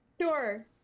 Sure